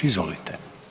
Izvolite.